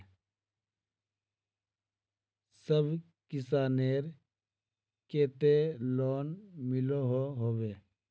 सब किसानेर केते लोन मिलोहो होबे?